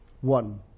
One